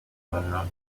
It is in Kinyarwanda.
ukuntu